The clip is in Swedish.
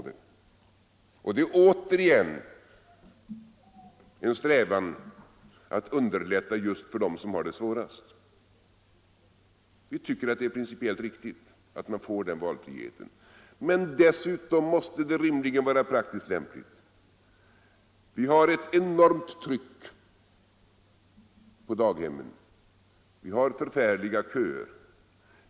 Det är återigen en strävan att underlätta just för dem som har det svårast. Vi tycker som sagt att det är principiellt riktigt att man får den valfriheten, men dessutom måste det rimligen vara praktiskt lämpligt. Vi har ett enormt tryck på daghemmen. Vi har besvärliga köer.